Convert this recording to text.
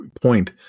point